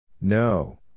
No